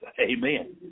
Amen